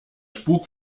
spuk